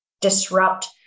disrupt